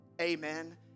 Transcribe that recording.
Amen